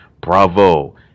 Bravo